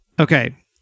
Okay